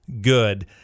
good